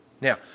Now